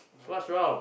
what's wrong